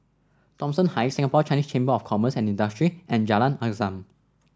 Thomson Heights Singapore Chinese Chamber of Commerce and Industry and Jalan Azam